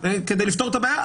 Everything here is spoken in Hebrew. כדי לפתור את הבעיה,